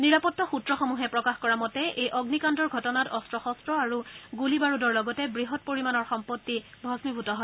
নিৰাপত্তা সুত্ৰসমূহে প্ৰকাশ কৰা মতে এই অগ্নিকাণ্ডৰ ঘটনাত অস্ত শস্ত আৰু গুলিবাৰুদৰ লগতে বৃহৎ পৰিমানৰ সম্পত্তি ভগ্নিভূত হয়